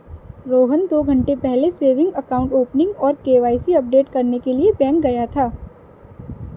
रोहन दो घन्टे पहले सेविंग अकाउंट ओपनिंग और के.वाई.सी अपडेट करने के लिए बैंक गया था